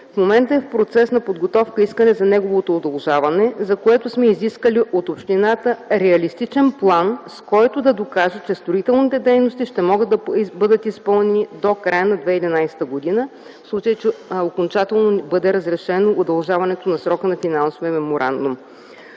В момента е в процес на подготовка искане за неговото удължаване, за което сме изискали от общината реалистичен план, с който да докаже, че строителните дейности ще могат да бъдат изпълнени до края на 2011 г. в случай, че окончателно бъде разрешено удължаването на срока на финансовия меморандум.